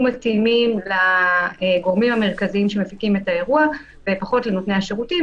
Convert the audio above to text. מתאימים לגורמים המרכזיים שמפיקים את האירוע ופחות לנותני השירותים,